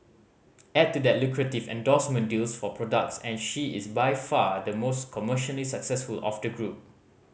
add to that lucrative endorsement deals for products and she is by far the most commercially successful of the group